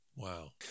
Wow